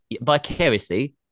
vicariously